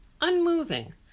unmoving